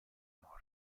morta